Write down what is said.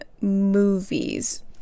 movies